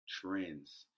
trends